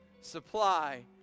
supply